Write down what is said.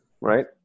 Right